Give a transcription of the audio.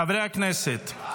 חברי הכנסת,